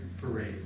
parade